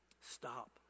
stop